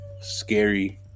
scary